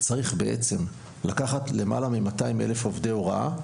צריך לקחת למעלה מ-200 אלף עובדי הוראה,